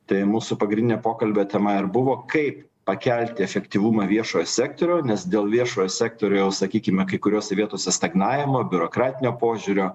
tai mūsų pagrindinė pokalbio tema ir buvo kaip pakelti efektyvumą viešojo sektoriau nes dėl viešojo sektoriaus sakykime kai kuriose vietose stagnavimo biurokratinio požiūrio